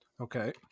Okay